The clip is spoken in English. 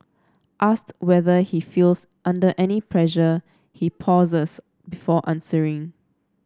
asked whether he feels under any pressure he pauses before answering